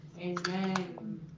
Amen